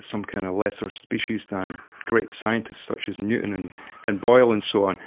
some kind of lesser species than great scientists such as newton and boyle and so on.